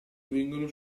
vengono